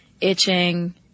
itching